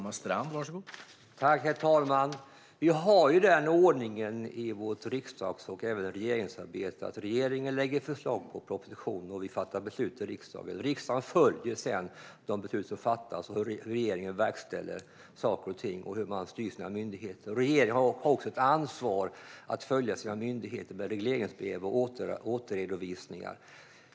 Herr talman! Vi har ju den ordningen i vårt riksdags och regeringsarbete att regeringen lägger fram propositioner och riksdagen fattar beslut. Riksdagen följer sedan de beslut som fattas, och regeringen verkställer saker och ting och styr sina myndigheter via regleringsbrev och krav på återredovisningar.